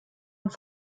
und